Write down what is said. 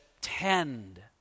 tend